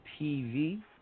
TV